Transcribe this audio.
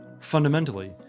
Fundamentally